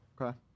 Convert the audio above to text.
Okay